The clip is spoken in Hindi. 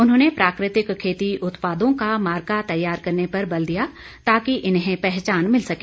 उन्होंने प्राकृतिक खेती उत्पादों का मार्का तैयार करने पर बल दिया ताकि इन्हें पहचान मिल सके